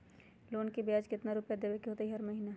Loan के ब्याज कितना रुपैया देबे के होतइ हर महिना?